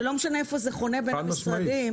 ולא משנה איפה זה חונה בין המשרדים,